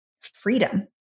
freedom